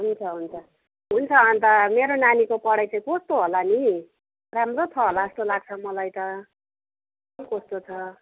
हुन्छ हुन्छ हुन्छ अन्त मेरो नानीको पढाइ चाहिँ कस्तो होला नि राम्रो छ होला जस्तो लाग्छ मलाई त कस्तो छ